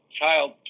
child